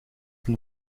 een